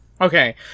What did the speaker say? Okay